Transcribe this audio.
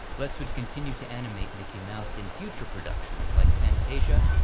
les would continue to animate mickey mouse in future productions, like fantasia,